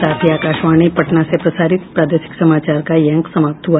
इसके साथ ही आकाशवाणी पटना से प्रसारित प्रादेशिक समाचार का ये अंक समाप्त हुआ